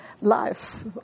life